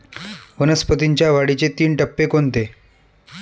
वनस्पतींच्या वाढीचे तीन टप्पे कोणते?